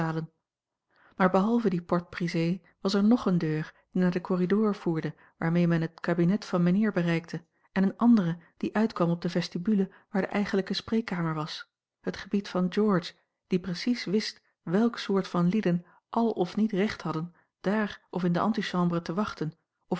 maar behalve die porte-brisée was er nog eene deur die naar den corridor voerde waarmee men het kabinet van mijnheer bereikte en eene andere die uitkwam op de vestibule waar de eigenlijke spreekkamer was het gebied van george die precies wist welke soort van lieden àl of niet recht hadden dààr of in de antichambre te wachten